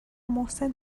محسن